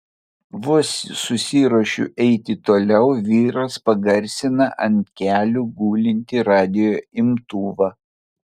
vos susiruošiu eiti toliau vyras pagarsina ant kelių gulintį radijo imtuvą